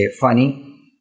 funny